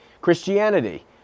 Christianity